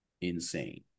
insane